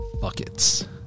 buckets